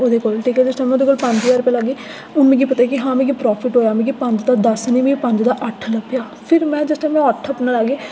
ओह्दे कोल ते सगुआं में ओह्दे कोल पंज ज्हार रपेआ लाह्गी ओह् मिगी पता कि हां मिगी प्रॉफिट होएआ दस्स निं मिगी पंज दा अट्ठ लब्भेआ फिर में जिसलै में अट्ठ बनाए